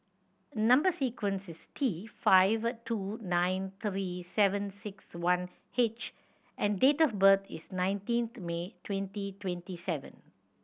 number sequence is T five two nine three seven six one H and date of birth is nineteenth May twenty twenty seven